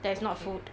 that's not food